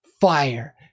fire